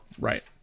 right